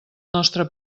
nostre